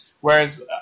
Whereas